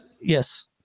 Yes